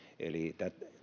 eli